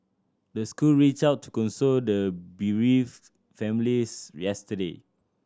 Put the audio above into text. the school reached out to console the bereaved families yesterday